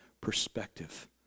perspective